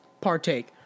partake